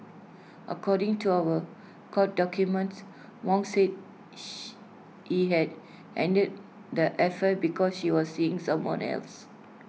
according to our court documents Wong said she he had ended the affair because she was seeing someone else